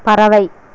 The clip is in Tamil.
பறவை